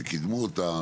שקידמו אותה,